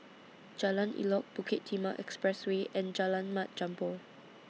Jalan Elok Bukit Timah Expressway and Jalan Mat Jambol